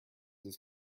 his